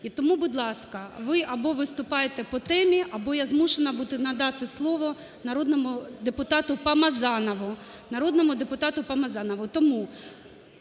І тому, будь ласка, ви або виступаєте по темі, або я змушена буду надати слово народному депутату Помазанову.